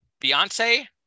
Beyonce